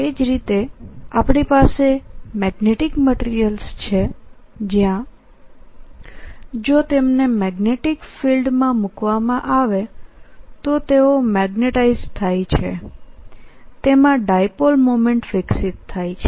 તે જ રીતેઆપણી પાસે મેગ્નેટીક મટીરીયલ્સ છેજ્યાં જોતેમનેમેગ્નેટીક ફીલ્ડ માં મૂકવામાં આવે તો તેઓ મેગ્નેટાઈઝડ થાય છેતેમાં ડાયપોલ મોમેન્ટ વિકસીત થાય છે